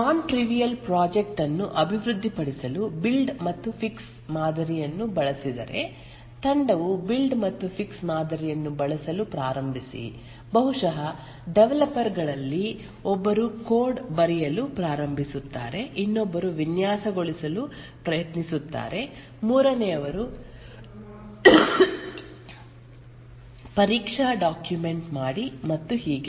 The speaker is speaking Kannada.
ನಾನ್ ಟ್ರಿವಿಅಲ್ ಪ್ರಾಜೆಕ್ಟ್ ಅನ್ನು ಅಭಿವೃದ್ಧಿಪಡಿಸಲು ಬಿಲ್ಡ್ ಮತ್ತು ಫಿಕ್ಸ್ಡ್ ಮಾದರಿಯನ್ನು ಬಳಸಿದರೆ ತಂಡವು ಬಿಲ್ಡ್ ಮತ್ತು ಫಿಕ್ಸ್ ಮಾದರಿಯನ್ನು ಬಳಸಲು ಪ್ರಾರಂಭಿಸಿ ಬಹುಶಃ ಡೆವಲಪರ್ ಗಳಲ್ಲಿ ಒಬ್ಬರು ಕೋಡ್ ಬರೆಯಲು ಪ್ರಾರಂಭಿಸುತ್ತಾರೆ ಇನ್ನೊಬ್ಬರು ವಿನ್ಯಾಸಗೊಳಿಸಲು ಪ್ರಯತ್ನಿಸುತ್ತಾರೆ ಮೂರನೆಯವರು ಪರೀಕ್ಷಾ ಡಾಕ್ಯುಮೆಂಟ್ ಮಾಡಿ ಮತ್ತು ಹೀಗೆ